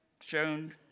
shown